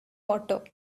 water